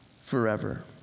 forever